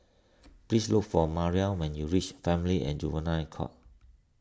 please look for Maria when you reach Family and Juvenile Court